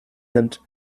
nimmt